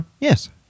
Yes